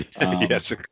Yes